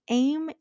aim